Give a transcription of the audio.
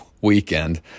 weekend